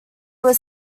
were